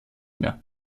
mehr